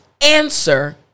answer